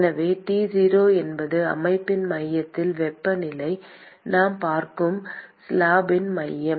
எனவே T 0 என்பது அமைப்பின் மையத்தில் வெப்பநிலை நாம் பார்க்கும் ஸ்லாப்பின் மையம்